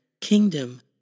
Kingdom